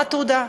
מה התעודה,